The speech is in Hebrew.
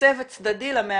מוקצה וצדדי למעשנים,